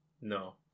No